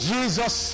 Jesus